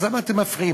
אז למה אתם מפריעים?